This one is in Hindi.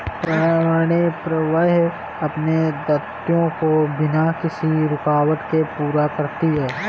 पर्यावरणीय प्रवाह अपने दायित्वों को बिना किसी रूकावट के पूरा करती है